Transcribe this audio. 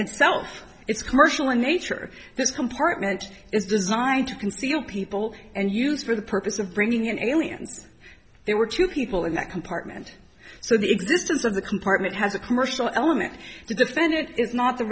itself is commercial in nature this compartment is designed to conceal people and used for the purpose of bringing in aliens there were two people in that compartment so the existence of the compartment has a commercial element to defend it is not the